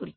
குறிக்கிறது